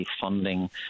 funding